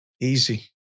Easy